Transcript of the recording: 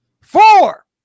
Four